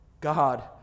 God